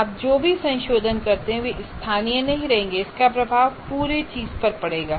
आप जो भी संशोधन करते हैं वे स्थानीय नहीं रहेंगे और इसका प्रभाव पूरी चीज पर पड़ेगा